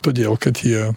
todėl kad jie